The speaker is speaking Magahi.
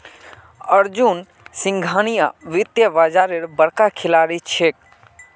अर्जुन सिंघानिया वित्तीय बाजारेर बड़का खिलाड़ी छिके